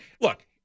look